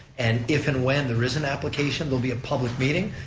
and if and when there is an application, there'll be a public meeting,